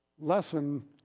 lesson